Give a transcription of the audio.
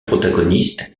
protagoniste